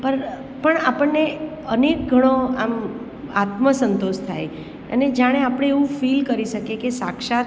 પર પણ આપણને અનેકગણો આમ આત્મસંતોષ થાય અને જાણે આપણે એવું ફિલ કરી શકીએ કે સાક્ષાત